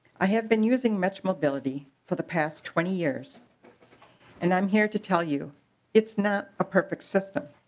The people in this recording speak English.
i've been using metro mobility for the past twenty years and i'm here to tell you it's not a perfect system.